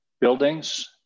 buildings